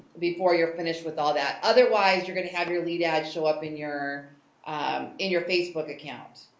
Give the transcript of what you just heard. before you're finished with all that. otherwise, you're gonna have your lead ad show up in your um in your facebook account,